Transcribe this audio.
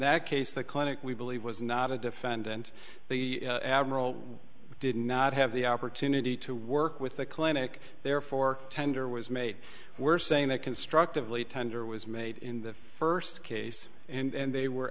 that case the clinic we believe was not a defendant the admiral did not have the opportunity to work with the clinic therefore tender was made were saying that constructively tender was made in the first case and they were